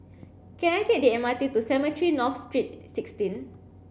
can I take the M R T to Cemetry North Street sixteen